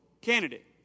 candidate